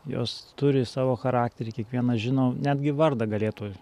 jos turi savo charakterį kiekviena žino netgi vardą galėtų